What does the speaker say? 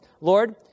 Lord